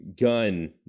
gun